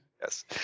yes